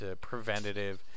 preventative